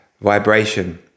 vibration